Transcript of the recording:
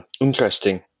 Interesting